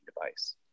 device